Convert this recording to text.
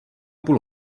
půl